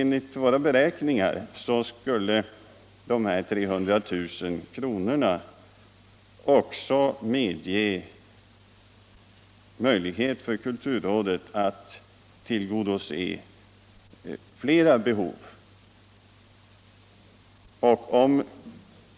enligt våra beräkningar skulle ge kulturrådet möjlighet att också tillgodose andra behov.